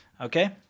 okay